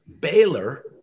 Baylor